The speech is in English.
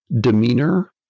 demeanor